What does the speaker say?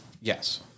Yes